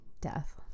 death